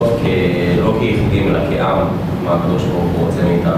לא כיחידים אלא כעם, מה הקדוש ברוך הוא רוצה מאיתנו